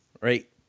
right